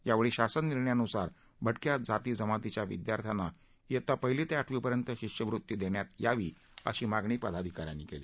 यावेळी शासन निर्णया नुसार भटक्या जाती जमातीच्या विद्यार्थ्यांना इयत्ता पहिली ते आठवीपर्यंत शिष्यवृती देण्यात यावी अशी मागणी पदाधिकाऱ्यांनी केली